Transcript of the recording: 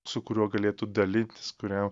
su kuriuo galėtų dalintis kuriam